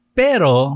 pero